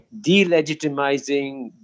delegitimizing